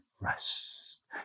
rest